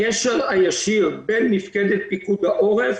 הקשר הישיר בין מפקדת פיקוד העורף